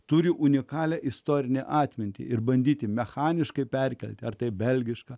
turi unikalią istorinę atmintį ir bandyti mechaniškai perkelti ar tai belgiška